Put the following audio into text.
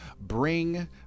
bring